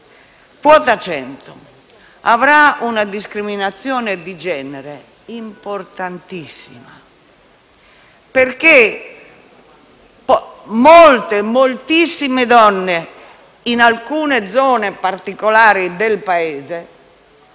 determinerà una discriminazione di genere importante: molte, moltissime donne, in alcune zone particolari del Paese,